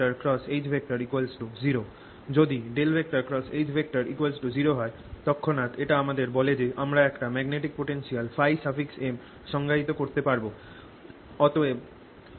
যদি H0 হয় তৎক্ষণাৎ এটা আমাদের বলে যে আমরা একটা ম্যাগনেটিক পোটেনশিয়াল ՓM সংজ্ঞায়িত করতে পারব